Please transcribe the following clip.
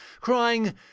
crying